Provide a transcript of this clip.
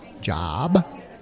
job